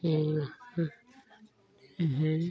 हाँ हैं